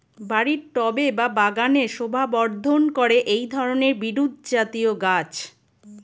বাড়ির টবে বা বাগানের শোভাবর্ধন করে এই ধরণের বিরুৎজাতীয় গাছ